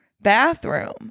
bathroom